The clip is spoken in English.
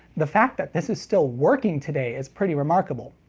the fact that this is still working today is pretty remarkable.